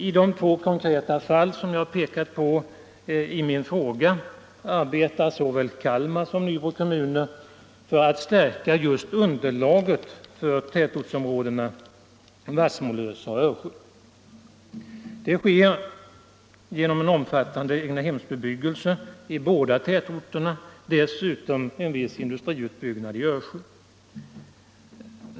I de två konkreta fall som jag pekat på i min fråga arbetar såväl Kalmar som Nybro kommuner på att stärka underlaget för tätortsområdena Vassmolösa och Örsjö. Det sker genom en omfattande egnahemsbebyggelse i båda tätorterna och genom viss industriutbyggnad i Örsjö.